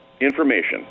information